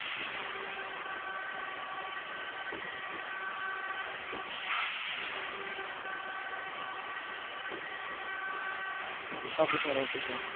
okay okay sir okay sir